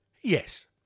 Yes